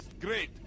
great